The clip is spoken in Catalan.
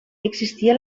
existia